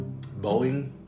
Boeing